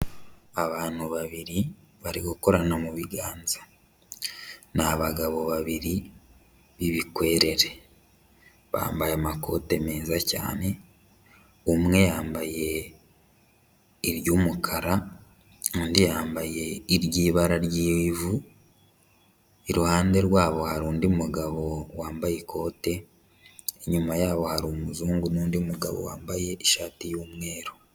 Abantu babiri bari gukorana mu biganza, ni abagabo babiri b'ibikwerere, bambaye amakote meza cyane, umwe yambaye iry'umukara, undi yambaye iry'ibara ry'ivu, iruhande rwabo hari undi mugabo wambaye ikote, inyuma yabo hari umuzungu n'undi mugabo wambaye ishati y'umweru.